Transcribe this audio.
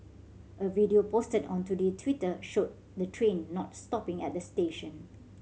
a video posted on Today Twitter showed the train not stopping at the station